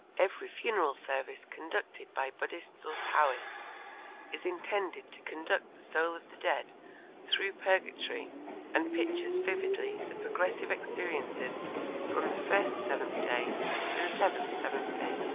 every funeral service conducted by buddhists or taoists is intended to conduct the soul of the dead through purgatory and pictures vividly the progressive experiences from the first seventh day to the seventh seventh day.